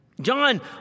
John